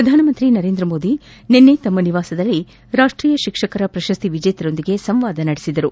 ಪ್ರಧಾನಮಂತ್ರಿ ನರೇಂದ್ರ ಮೋದಿ ನಿನ್ನೆ ತಮ್ಮ ನಿವಾಸದಲ್ಲಿ ರಾಷ್ಟೀಯ ಶಿಕ್ಷಕರ ಪ್ರಶಸ್ತಿ ವಿಜೇತರೊಂದಿಗೆ ಸಂವಾದ ನಡೆಸಿದರು